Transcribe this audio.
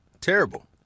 Terrible